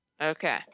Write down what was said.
Okay